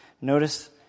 notice